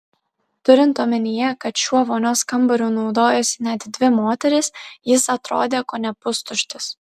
turint omenyje kad šiuo vonios kambariu naudojosi net dvi moterys jis atrodė kone pustuštis